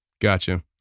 Gotcha